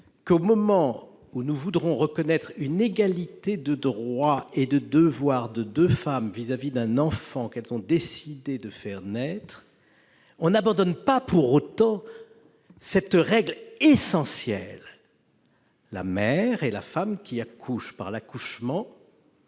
que, au moment où nous voulons reconnaître une égalité de droits et de devoirs de deux femmes vis-à-vis d'un enfant qu'elles ont décidé de faire naître, nous n'abandonnions pas cette règle essentielle que je répète : la mère est la femme qui accouche. Par l'accouchement,